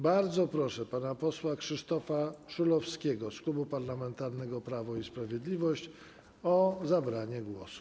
Bardzo proszę pana posła Krzysztofa Szulowskiego z Klubu Parlamentarnego Prawo i Sprawiedliwość o zabranie głosu.